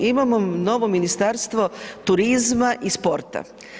Imamo novo Ministarstvo turizma i sporta.